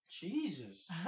Jesus